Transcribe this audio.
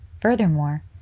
Furthermore